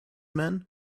men